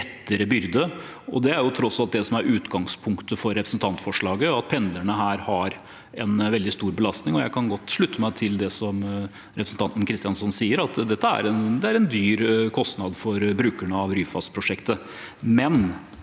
Det er tross alt det som er utgangspunktet for representantforslaget, at pendlerne her har en veldig stor belastning. Jeg kan godt slutte meg til det representanten Kristjánsson sier, at dette er dyrt og en stor kostnad for brukerne av Ryfast-prosjektet,